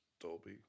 Dolby